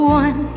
one